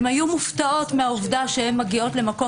הן היו מופתעות מהעובדה שהן מגיעות למקום,